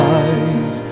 eyes